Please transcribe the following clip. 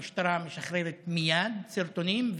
המשטרה משחררת מייד סרטונים,